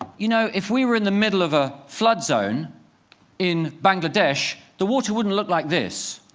um you know, if we were in the middle of a flood zone in bangladesh, the water wouldn't look like this.